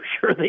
Sure